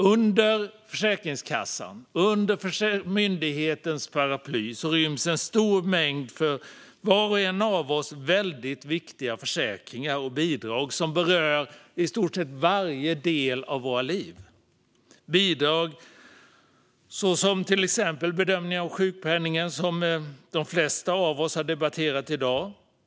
Under Försäkringskassan - under myndighetens paraply - ryms en stor mängd för var och en av oss väldigt viktiga försäkringar och bidrag som berör i stort sett varje del av våra liv. Det handlar om sjukpenningen och bedömningen av den, som de flesta av oss har debatterat i dag.